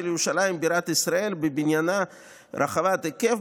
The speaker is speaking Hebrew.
ירושלים בירת ישראל בבנייה רחבת היקף,